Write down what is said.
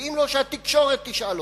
ואם לא, שהתקשורת תשאל אותו,